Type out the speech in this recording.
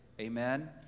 Amen